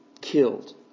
killed